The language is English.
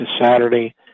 Saturday